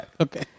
Okay